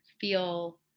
feel